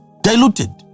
Diluted